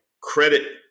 credit